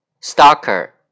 stalker